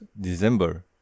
December